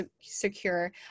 secure